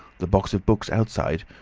the box of books outside,